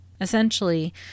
essentially